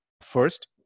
first